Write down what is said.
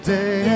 Day